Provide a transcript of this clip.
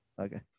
Okay